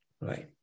Right